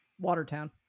Watertown